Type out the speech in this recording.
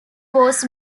was